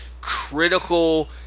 critical